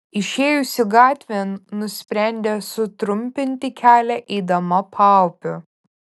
išėjusi gatvėn nusprendė sutrumpinti kelią eidama paupiu